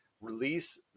release